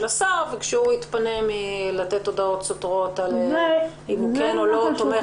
השר וכשהוא יתפנה מלתת הודעות סותרות אם הוא כן או לא תומך